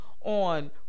on